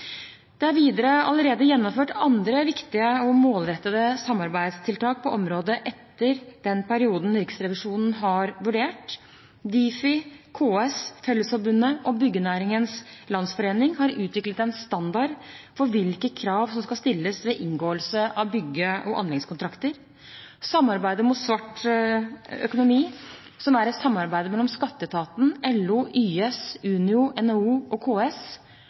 Det er videre allerede gjennomført andre viktige og målrettede samarbeidstiltak på området etter den perioden Riksrevisjonen har vurdert. Difi, KS, Fellesforbundet og Byggenæringens Landsforening har utviklet en standard for hvilke krav som skal stilles ved inngåelse av bygge- og anleggskontrakter. Samarbeid mot svart økonomi, som er et samarbeid mellom skatteetaten, LO, YS, Unio, NHO og KS,